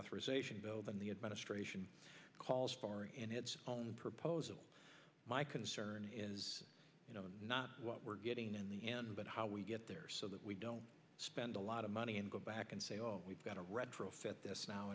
reauthorization bill than the administration calls for in its own proposal my concern is you know not what we're getting in the end but how we get there so that we don't spend a lot of money and go back and say oh we've got to retrofit this now